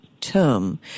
term